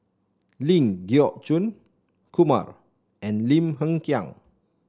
Ling Geok Choon Kumar and Lim Hng Kiang